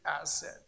asset